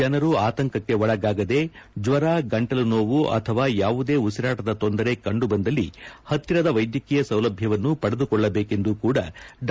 ಜನರು ಆತಂಕಕ್ಕೆ ಒಳಗಾಗದೆ ಜ್ವರ ಗಂಟಲುನೋವು ಅಥವಾ ಯಾವುದೇ ಉಸಿರಾಟದ ತೊಂದರೆ ಕಂಡುಬಂದಲ್ಲಿ ಹತ್ತಿರದ ವೈದ್ಯಕೀಯ ಸೌಲಭ್ಯವನ್ನು ಪಡೆದುಕೊಳ್ಳಬೇಕೆಂದು ಕೂಡ ಡಾ